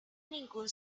ningún